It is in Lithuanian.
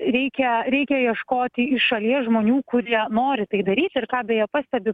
reikia reikia ieškoti iš šalies žmonių kurie nori tai daryti ir ką beje pastebi